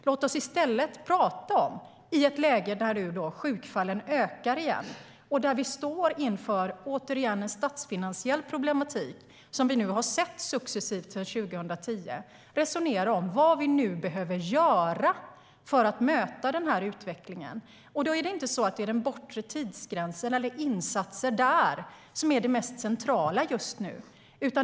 Låt oss i stället, i ett läge där sjukfallen ökar igen och där vi åter står inför en statsfinansiell problematik - den har vi sett successivt sedan 2010 - resonera om vad vi behöver göra för att möta denna utveckling. Det är inte den bortre tidsgränsen eller insatser där som är det mest centrala just nu.